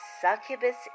succubus